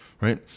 right